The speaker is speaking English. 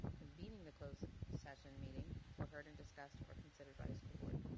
convening the closed session meeting were heard and discussed or considered by the school board?